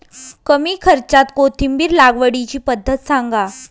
कमी खर्च्यात कोथिंबिर लागवडीची पद्धत सांगा